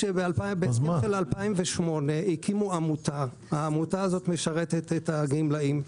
ב-2008 הקימו עמותה והעמותה הזאת משרתת את הגמלאים,